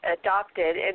adopted